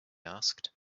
asked